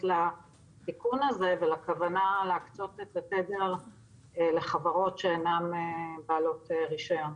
לתיקון הזה ולכוונה להקצות את התדר לחברות שאינן בעלות רישיון.